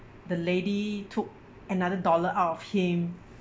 the lady took another dollar out of him